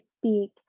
speak